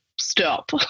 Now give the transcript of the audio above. stop